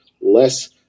less